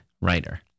writer